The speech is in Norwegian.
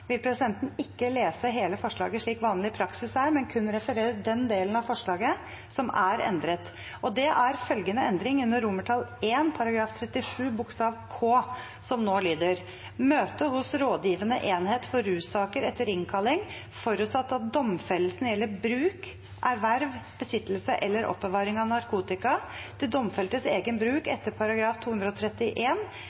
vil presidenten ikke lese hele forslaget, slik vanlig praksis er, men kun referere den delen av forslaget som er endret. Det er følgende endring under I § 37 k), som nå lyder: «møte hos rådgivende enhet for russaker etter innkalling, forutsatt at domfellelsen gjelder bruk, erverv, besittelse eller oppbevaring av narkotika til domfeltes egen bruk